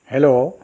hello